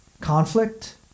Conflict